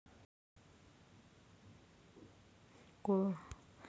coral चमेलीला रात्रीची राणी देखील म्हणतात